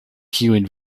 kiujn